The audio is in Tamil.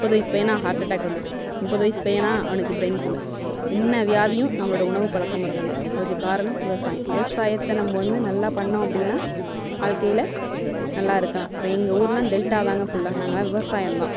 முப்பது வயது பையனா ஹார்ட் அட்டாக் வந்துட்டு முப்பது வயது பையனா அவனுக்கு ப்ரைன் ட்யூமர் என்ன வியாதியும் நம்மளோடய உணவு பழக்க முறைன்னால தான் அதுக்கு காரணம் விவசாயம் விவசாயத்தை நம்ம வந்து நல்லா பண்ணோம் அப்படினா வாழ்க்கையில நல்லா இருக்கலாம் இப்போ எங்கள் ஊர்லாம் டெல்டாதான்ங்க ஃபுல்லாக நாங்கள்லாம் விவசாயந்தான்